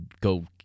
Go